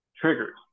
triggers